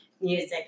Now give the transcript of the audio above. music